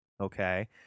Okay